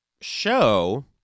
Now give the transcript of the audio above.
show